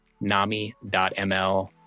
nami.ml